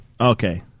Okay